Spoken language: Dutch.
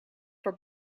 voor